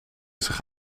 zich